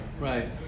Right